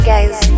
Guys